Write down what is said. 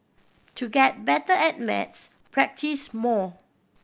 to get better at maths practise more